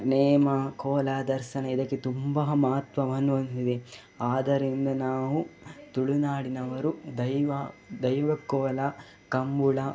ನೇಮ ಕೋಲ ದರ್ಶನ ಇದಕ್ಕೆ ತುಂಬ ಮಹತ್ವವನ್ನು ಹೊಂದಿದೆ ಆದರೆ ಇಂದು ನಾವು ತುಳುನಾಡಿನವರು ದೈವ ದೈವ ಕೋಲ ಕಂಬಳ